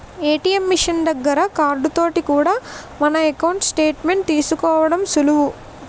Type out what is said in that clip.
ATM machine దగ్గర card తోటి కూడా మన ఎకౌంటు స్టేట్ మెంట్ తీసుకోవడం సులువు